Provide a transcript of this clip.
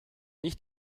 nicht